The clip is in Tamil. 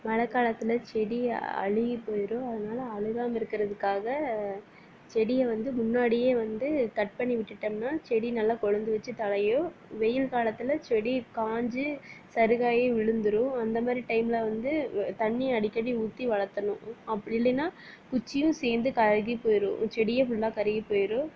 மழை காலத்தில் செடி அழுகி போய்டும் அதனால அழுகாமல் இருக்கிறதுக்காக செடியை வந்து முன்னாடியே வந்து கட் பண்ணி விட்டுவிட்டோம்னா செடி நல்லா கொழுந்து வச்சு தழையும் வெயில் காலத்தில் செடி காஞ்சு சருக்காகி விழுந்துடும் அந்த மாதிரி டைமில் வந்து தண்ணி அடிக்கடி ஊற்றி வளர்த்தணும் அப்படி இல்லைனா குச்சியும் சேர்ந்து கருகி போய்டும் ஒரு செடியே ஃபுல்லாக கருகி போய்டும்